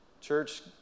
Church